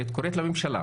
לממשלה,